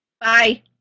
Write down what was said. Bye